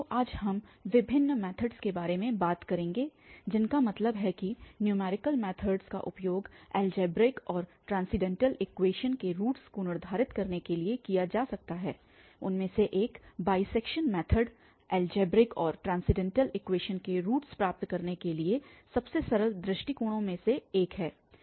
तो आज हम उन विभिन्न मैथड्स के बारे में बात करेंगे जिनका मतलब है कि न्यूमैरिकल मैथड्स का उपयोग एलजेब्रिक और ट्रान्सेंडैंटल इक्वेशनस के रूट्स को निर्धारित करने के लिए किया जा सकता है उनमें से एक बाइसैक्शन मैथड एलजेब्रिक और ट्रान्सेंडैंटल इक्वेशनस के रूट्स प्राप्त करने के लिए सबसे सरल दृष्टिकोणों में से एक है